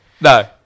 No